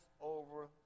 over